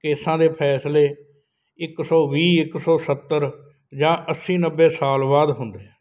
ਕੇਸਾਂ ਦੇ ਫੈਸਲੇ ਇੱਕ ਸੌ ਵੀਹ ਇੱਕ ਸੌ ਸੱਤਰ ਜਾਂ ਅੱਸੀ ਨੱਬੇ ਸਾਲ ਬਾਅਦ ਹੁੰਦੇ ਹੈ